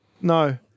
No